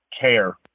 care